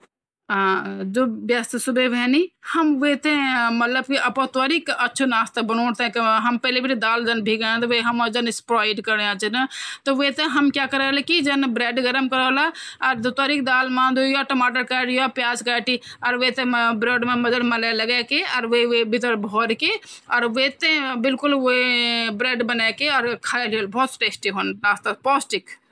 खाना पकाने के तरीकों से खाने का पोषण बदल्दो छ। जन की, उबाल्दो मा कुछ विटामिन पानी मा चली जांदन, ज्यादातर विटामिन सी और बी समूह। भूज्जण-तलण मा तेल बढ़ि जांदो, जो कि कैलोरी बढ़ौंदो। भाप मा पकायू या हल्को भूज्जूं पोषण बचय की रखदु छ।